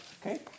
Okay